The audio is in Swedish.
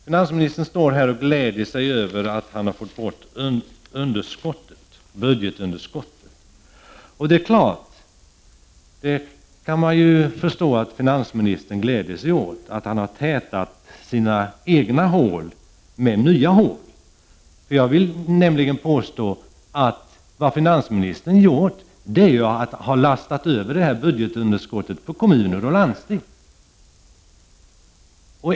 Finansministern står här och gläder sig åt att han har fått bort budgetunderskottet. Man kan förstå att finansministern gläder sig åt att han har tätat sina egna hål med nya hål. Jag vill påstå att finansministern har lastat över budgetunderskottet på kommuner och landsting.